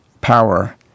power